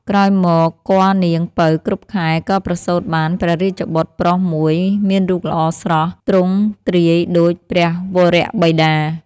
ក្រោយមកគភ៌‌នាង ពៅ គ្រប់ខែ ក៏ប្រសូតបានព្រះរាជបុត្រប្រុសមួយមានរូបល្អស្រស់ ទ្រង់ទ្រាយដូចព្រះវរបិតា។